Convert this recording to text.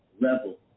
level